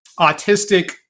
autistic